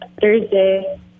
Thursday